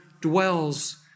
dwells